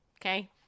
Okay